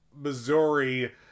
Missouri